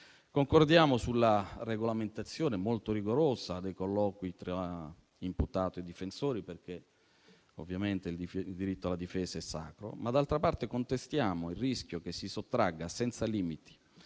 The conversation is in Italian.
Concordiamo sulla regolamentazione molto rigorosa dei colloqui tra imputato e difensori, perché ovviamente il diritto alla difesa è sacro. Ma, d'altra parte, contestiamo il rischio che si sottragga senza limiti